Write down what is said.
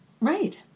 Right